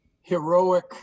heroic